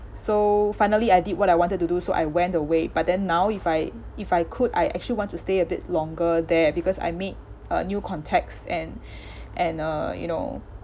so finally I did what I wanted to do so I went away but then now if I if I could I actually wanted to stay a bit longer there because I made uh new contacts and and uh you know